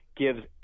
gives